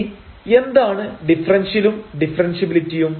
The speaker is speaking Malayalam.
ഇനി എന്താണ് ഡിഫെറെൻഷ്യലും ഡിഫെറെൻഷ്യബിലിറ്റിയും